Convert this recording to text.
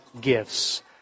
gifts